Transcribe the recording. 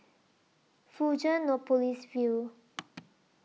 Fusionopolis View